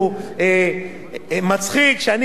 שאני עומד פה עכשיו ומעביר חוק של צה"ל,